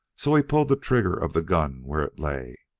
so he pulled the trigger of the gun where it lay.